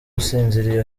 usinziriye